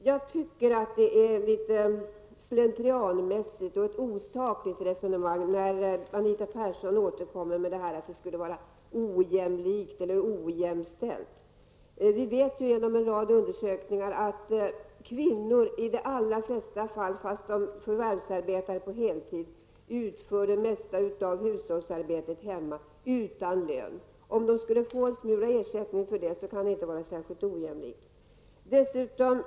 Jag tycker att det är litet slentrianmässigt och att det är ett osakligt resonemang när Anita Persson återkommer till att det skulle vara ojämlikt eller ojämställt. Vi vet genom ett rad undersökningar att kvinnor i de allra flesta fall, trots att de förvärvsarbetar på heltid, utför det mesta av hushållsarbetet hemma utan lön. Om de skulle få en smula ersättning för det kan det inte anses vara särskilt ojämlikt.